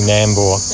Nambour